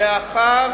מאחר